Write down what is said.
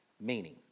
meaning